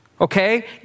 okay